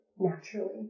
Naturally